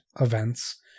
events